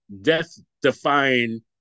death-defying